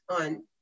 on